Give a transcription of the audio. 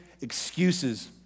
excuses